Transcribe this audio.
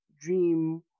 dream